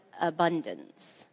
abundance